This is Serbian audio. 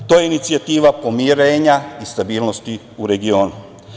To je inicijativa pomirenja i stabilnosti u regionu.